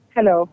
Hello